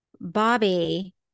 Bobby